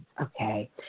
okay